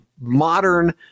modern